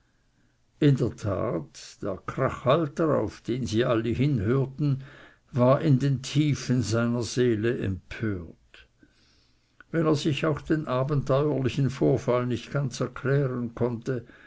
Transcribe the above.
in der tat der krachhalder auf den sie alle hinhörten war in den tiefen seiner seele empört wenn er sich auch den abenteuerlichen vorfall nicht ganz erklären konnte